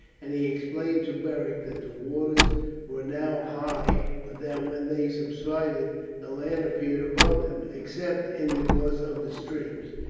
and he explained to beric that the waters were now high, but that when they subsided the land appeared above them, except in the course of the streams.